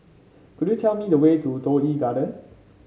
could you tell me the way to Toh Yi Garden